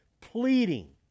pleading